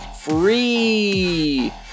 free